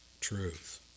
truth